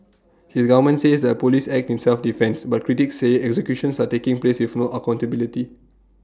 his government says the Police act in self defence but critics say executions are taking place with no accountability